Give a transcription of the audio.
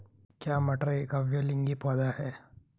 क्या मटर एक उभयलिंगी पौधा है?